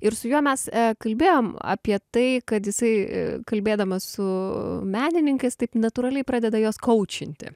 ir su juo mes kalbėjom apie tai kad jisai kalbėdamas su menininkais taip natūraliai pradeda juos kaučinti